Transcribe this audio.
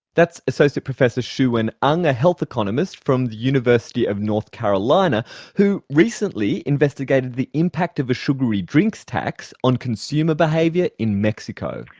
that's associate professor shu wen ng, a health economist from the university of north carolina who recently investigated the impact of a sugary drinks tax on consumer behaviour in mexico.